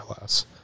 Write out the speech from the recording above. less